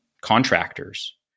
contractors